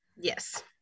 Yes